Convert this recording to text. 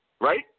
Right